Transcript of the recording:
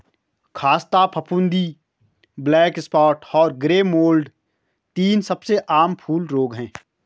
ख़स्ता फफूंदी, black spot और ग्रे मोल्ड तीन सबसे आम फूल रोग हैं